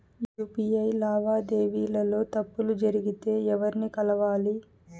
UPI లావాదేవీల లో తప్పులు జరిగితే ఎవర్ని కలవాలి?